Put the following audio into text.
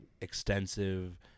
extensive